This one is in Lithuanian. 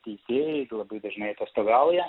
teisėjai labai dažnai atostogauja